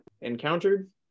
encountered